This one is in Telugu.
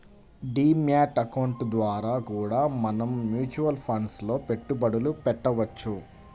డీ మ్యాట్ అకౌంట్ ద్వారా కూడా మనం మ్యూచువల్ ఫండ్స్ లో పెట్టుబడులు పెట్టవచ్చు